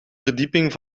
verdieping